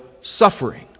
suffering